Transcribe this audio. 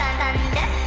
thunder